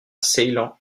ceylan